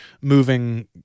moving